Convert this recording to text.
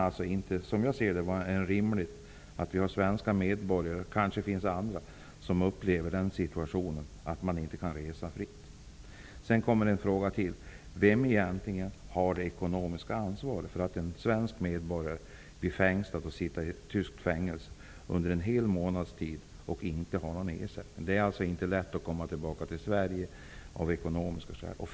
Det kan som jag ser det inte vara rimligt att svenska medborgare -- det kanske finns andra -- inte kan resa fritt. Vem har egentligen det ekonomiska ansvaret när en svensk medborgare får sitta i tyskt fängelse under en hel månads tid utan ersättning? Det är inte lätt att komma tillbaka till Sverige av ekonomiska skäl.